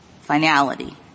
Finality